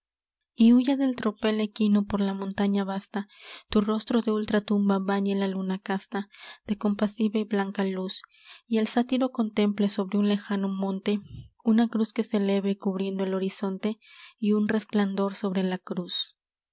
y huya el tropel equino por la montaña vasta tu rostro de ultratumba bañe la luna casta de compasiva y blanca luz y el sátiro contemple sobre un lejano monte una cruz que se eleve cubriendo el horizonte y un resplandor sobre la cruz